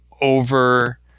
over